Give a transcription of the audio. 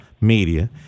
media